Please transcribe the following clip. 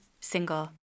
single